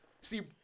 see